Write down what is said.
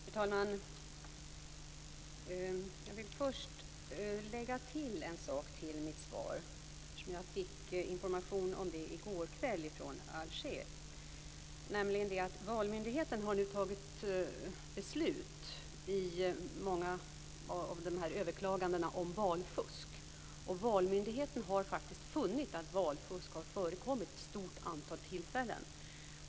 Fru talman! Jag vill först lägga till en sak till mitt svar som jag fick information om från Alger i går kväll. Valmyndigheten har nu fattat beslut i många av överklagandena om valfusk, och valmyndigheten har faktiskt funnit att valfusk har förekommit vid ett stort antal tillfällen.